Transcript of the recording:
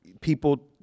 people